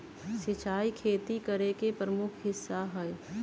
सिंचाई खेती करे के प्रमुख हिस्सा हई